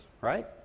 right